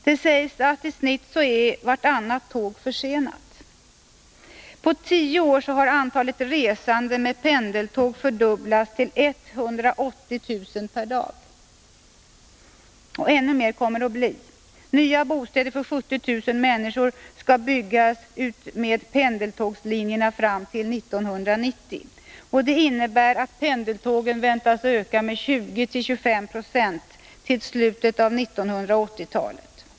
Det sägs att i snitt vartannat tåg är försenat. På tio år har antalet resande med pendeltåg fördubblats till 180 000 per dag. Och ännu mer kommer det att bli. Nya bostäder för 70 000 människor skall byggas utmed pendeltågslinjerna fram till 1990. Det innebär att pendeltågen väntas öka med 20-25 9 till slutet av 1980-talet.